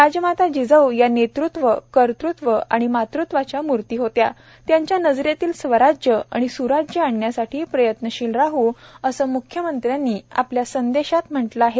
राजमाता जिजाऊ या नेतृत्व कर्तृत्व आणि मातृत्वाच्या मूर्ती होत्या त्यांच्या नजरेतील स्वराज्य आणि स्राज्य आणण्यासाठी प्रयत्नशील राह असं म्ख्यमंत्र्यांनी म्हटलं आहे